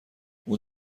اون